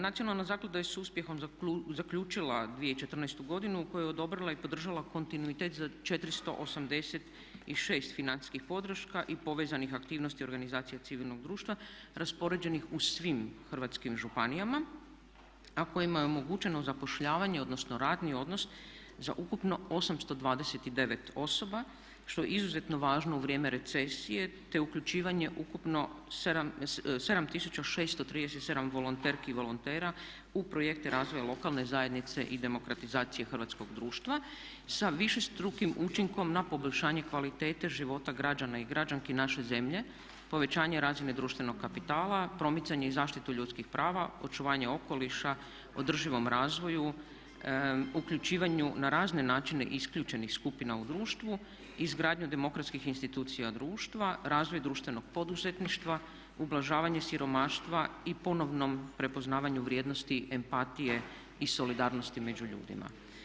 Nacionalna zaklada je s uspjehom zaključila 2014. godinu koju je odobrila i podržala kontinuitet za 486 financijskih podrška i povezanih aktivnosti organizacija civilnog društva raspoređenim u svim hrvatskim županijama a kojima je omogućeno zapošljavanje odnosno radni odnos za ukupno 829 osoba što je izuzetno važno u vrijeme recesije te uključivanje ukupno 7 637 volonterki i volontera u projekte razvoja lokalne zajednice i demokratizacije hrvatskog društva sa višestrukim učinkom na poboljšanje kvalitete života građana i građanki naše zemlje, povećanje razine društvenog kapitala, promicanje i zaštitu ljudskih prava, očuvanje okoliša, održivom razvoju, uključivanju na razne načine isključenih skupina u društvu, izgradnju demokratskih institucija društva, razvoj društvenog poduzetništva, ublažavanje siromaštva i ponovnom prepoznavanju vrijednosti, empatije i solidarnosti među ljudima.